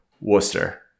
Worcester